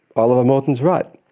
oliver morton is right,